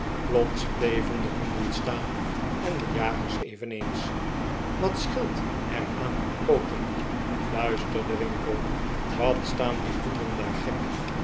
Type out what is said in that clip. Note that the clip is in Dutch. bleven de honden staan en de jagers eveneens wat scheelt er aan hun pooten fluisterde winkle wat staan die honden daar gek